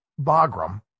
Bagram